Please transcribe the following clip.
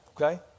Okay